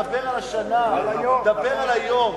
דבר על השנה, דבר על היום.